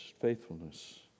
faithfulness